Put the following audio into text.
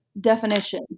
definition